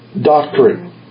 doctrine